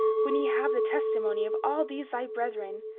when ye have the testimony of all these thy brethren,